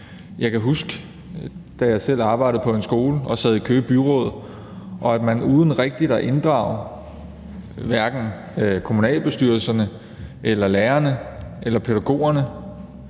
jeg kan huske, at man, da jeg selv arbejdede på en skole og sad i Køge Byråd, uden rigtig at inddrage hverken kommunalbestyrelserne, lærerne, pædagogerne